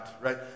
right